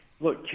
Look